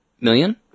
million